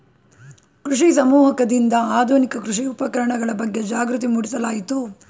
ಕೃಷಿ ಸಮೂಹಕರಿಂದ ಆಧುನಿಕ ಕೃಷಿ ಉಪಕರಣಗಳ ಬಗ್ಗೆ ಜಾಗೃತಿ ಮೂಡಿಸಲಾಯಿತು